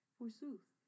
Forsooth